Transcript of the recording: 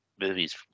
movies